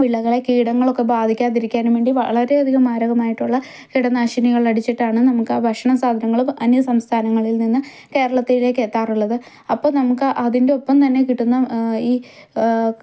വിളകളെ കീടങ്ങളൊക്കെ ബാധിക്കാതിരിക്കാനും വേണ്ടി വളരെയധികം മാരകമായിട്ടുള്ള കീടനാശിനികൾ അടിച്ചിട്ടാണ് നമുക്ക് ആ ഭക്ഷണസാധനങ്ങൾ അന്യ സംസ്ഥാനങ്ങളിൽ നിന്ന് കേരളത്തിലേക്ക് എത്താറുള്ളത് അപ്പോൾ നമുക്ക് അതിൻ്റെ ഒപ്പം തന്നെ കിട്ടുന്ന ഈ